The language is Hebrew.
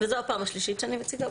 וזו הפעם השלישית שאני מציגה.